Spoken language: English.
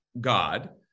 God